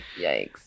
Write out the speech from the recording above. yikes